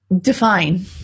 define